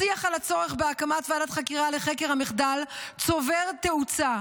השיח על הצורך בהקמת ועדת חקירה לחקר המחדל צובר תאוצה.